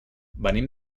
venim